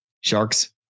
Sharks